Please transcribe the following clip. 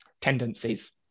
Tendencies